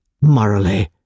morally